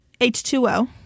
H2O